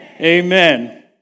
Amen